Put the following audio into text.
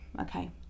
Okay